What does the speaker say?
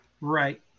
Right